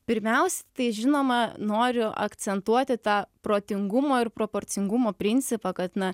pirmiaus tai žinoma noriu akcentuoti tą protingumo ir proporcingumo principą kad na